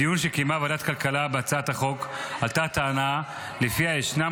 בדיון שקיימה ועדת הכלכלה בהצעת החוק עלתה טענה שלפיה ישנם